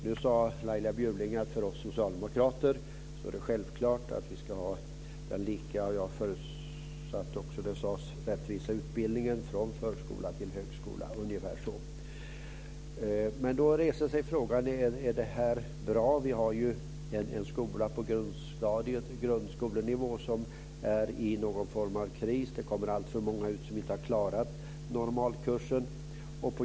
Nu sade Laila Bjurling att lika och, förutsatte jag, rättvis utbildning från förskola till högskola är självklart för socialdemokraterna. Då reser sig frågan om det är bra. Grundskolan är i någon form av kris. Det går ut alltför många som inte har klarat normalkursen.